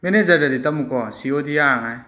ꯃꯦꯅꯦꯖꯔꯗꯗꯤ ꯇꯝꯃꯨꯀꯣ ꯁꯤ ꯑꯣ ꯗꯤ ꯌꯥꯅꯉꯥꯏ